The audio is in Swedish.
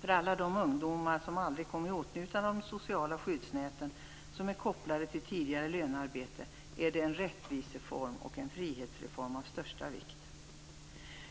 För alla de ungdomar som inte kommer i åtnjutande av sociala skyddsnäten som är kopplade till tidigare lönearbete är det en rättvisereform och frihetsreform av största vikt.